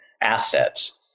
assets